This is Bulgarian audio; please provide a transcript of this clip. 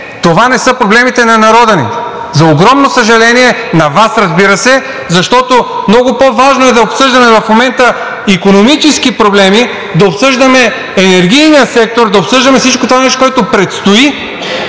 това не са проблемите на народа ни. За огромно съжаление на Вас, разбира се, защото много по-важно е да обсъждаме в момента икономически проблеми, да обсъждаме енергийния сектор, да обсъждаме всичкото това нещо, което предстои,